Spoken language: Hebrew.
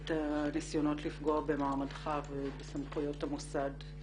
את הניסיונות לפגוע במעמדך ובסמכויות המוסד,